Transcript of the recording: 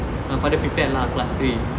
so my father prepared lah class three